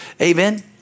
Amen